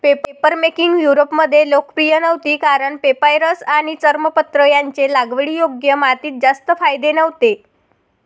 papermaking युरोपमध्ये लोकप्रिय नव्हती कारण पेपायरस आणि चर्मपत्र यांचे लागवडीयोग्य मातीत जास्त फायदे नव्हते